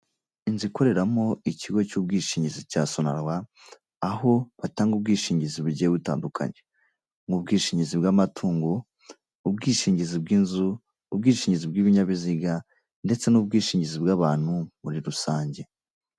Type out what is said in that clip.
Inzu ikoreramo ikigo cy'ubwishingizi cya sonarwa, aho batanga ubwishingizi bugiye butandukanye, nk'ubwishingizi bw'amatungo, ubwishingizi bw'inzu, ubwishingizi bw'ibinyabiziga ndetse n'ubwishingizi bw'abantu muri rusange.